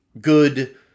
good